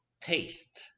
taste